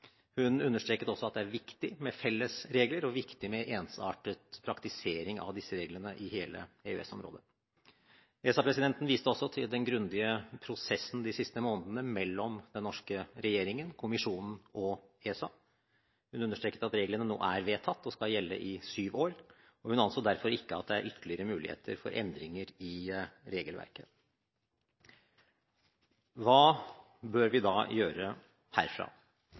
Hun understreket også at det er viktig med felles regler og viktig med en ensartet praktisering av disse reglene i hele EØS-området. ESA-presidenten viste også til den grundige prosessen de siste månedene mellom den norske regjeringen, kommisjonen og ESA. Hun understreket at reglene nå er vedtatt og skal gjelde i syv år, og hun anså derfor ikke at det er ytterligere muligheter for endringer i regelverket. Hva bør vi da gjøre herfra?